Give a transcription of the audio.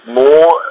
more